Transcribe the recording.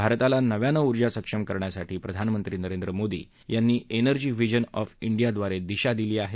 भारताला नव्यानं उर्जा सक्षम करण्यासाठी प्रधानमंत्री नरेंद्र मोदी यांनी एनर्जी व्हिजन ऑफ डिया ड्वारे दिशा दिली आहे